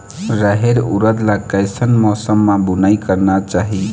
रहेर उरद ला कैसन मौसम मा बुनई करना चाही?